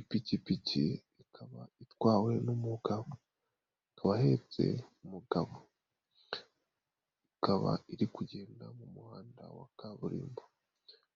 Ipikipiki ikaba itwawe n'umugabo, akaba ahetse umugabo, ikaba iri kugenda mu muhanda wa kaburimbo,